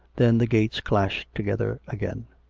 then the gates clashed together again.